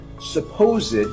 supposed